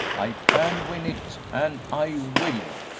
i can win it, and i will!